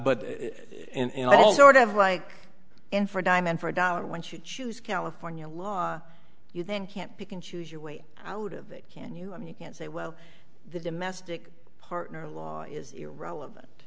in all sort of like in for a dime in for a dollar once you choose california law you then can't pick and choose your way out of it can you i mean you can say well the domestic partner law is irrelevant